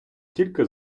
тільки